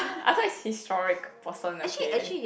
I thought is historic person okay